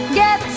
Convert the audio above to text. get